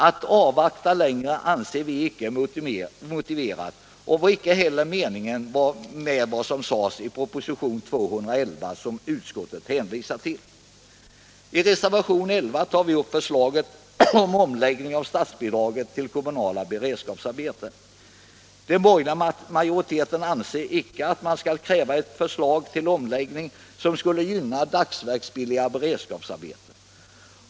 Att vänta längre anser vi icke motiverat, och det var inte heller meningen med vad som sades i propositionen 211, som utskottet hänvisar till. I reservationen 11 tar vi upp förslaget om omläggning av statsbidraget till kommunala beredskapsarbeten. Den borgerliga majoriteten anser icke att man skall kräva ett förslag till omläggning som skulle gynna dagsverksbilliga beredskapsarbeten.